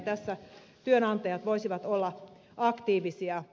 tässä työnantajat voisivat olla aktiivisia